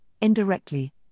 indirectly